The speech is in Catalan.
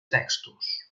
textos